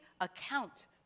account